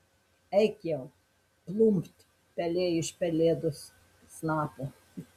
eik jau plumpt pelė iš pelėdos snapo